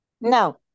No